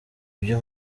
ibyo